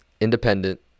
independent